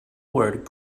word